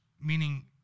meaning –